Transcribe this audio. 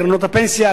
קרנות הפנסיה,